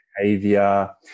behavior